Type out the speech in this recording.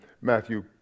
Matthew